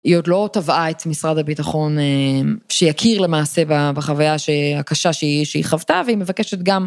היא עוד לא תבעה אצל משרד הביטחון, שיכיר למעשה בחוויה הקשה שהיא חוותה, והיא מבקשת גם...